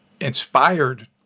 inspired